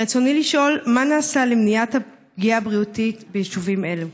רצוני לשאול: מה נעשה למניעת הפגיעה הבריאותית ביישובים אלו?